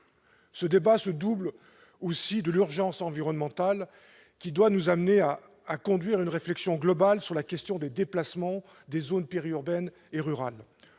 Ce débat se double aussi de l'urgence environnementale, qui doit nous amener à conduire une réflexion globale sur la question des déplacements dans les zones périurbaines et rurales.